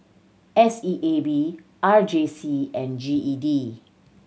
S E A B R J C and G E D